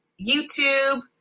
YouTube